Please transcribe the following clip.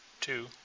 two